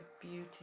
beauty